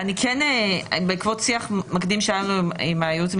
לכן אני מציעה שתחכו לראות מה נציע.